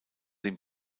dem